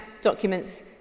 documents